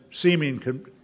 seeming